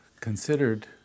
considered